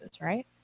right